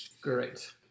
Great